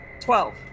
Twelve